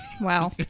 Wow